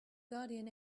guardian